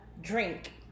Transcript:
drink